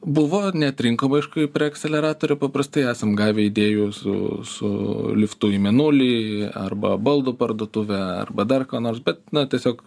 buvo neatrinkom aišku į prie akseleratorių paprastai esam gavę idėjų su su liftu į mėnulį arba baldų parduotuvę arba dar ką nors bet na tiesiog